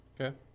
Okay